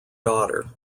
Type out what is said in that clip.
daughter